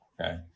okay